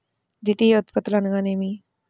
ద్వితీయ ఉత్పత్తులు అనగా నేమి?